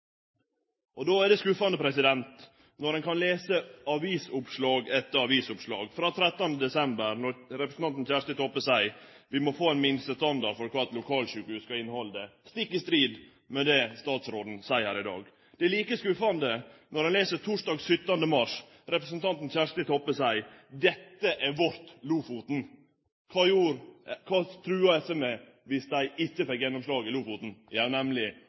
bur. Då er det skuffande å lese avisoppslag etter avisoppslag: Den 13. desember seier representanten Kjersti Toppe at vi må få ein minstestandard for kva eit lokalsjukehus skal innehalde, stikk i strid med det statsråden seier her i dag. Det er like skuffande å lese det representanten Kjersti Toppe seier torsdag den 17. mars: «Dette er vårt Lofoten.» Kva trua SV med viss dei ikkje fekk gjennomslag i Lofoten? Jo, nemleg